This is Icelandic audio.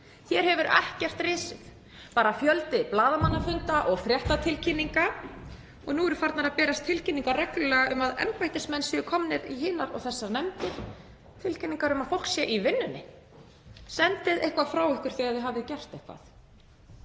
Hér hefur ekkert risið, bara fjöldi blaðamannafunda og fréttatilkynninga. Og nú eru farnar að berast tilkynningar reglulega um að embættismenn séu komnir í hinar og þessar nefndir, tilkynningar um að fólk sé í vinnunni. Sendið eitthvað frá ykkur þegar þið hafið gert eitthvað.